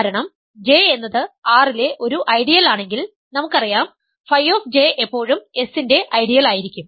കാരണം J എന്നത് R ലെ ഒരു ഐഡിയൽ ആണെങ്കിൽ നമുക്കറിയാം Φ എപ്പോഴും S ന്റെ ഐഡിയൽ ആയിരിക്കും